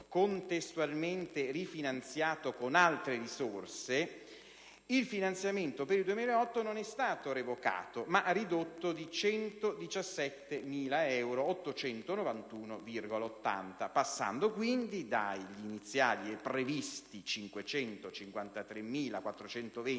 contestualmente rifinanziato con altre risorse, il finanziamento per il 2008 non è stato revocato ma ridotto di 117.891,80 euro, passando quindi dagli iniziali e previsti 553.420 euro